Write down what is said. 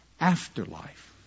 Afterlife